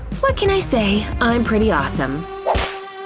what can i say, i'm pretty awesome.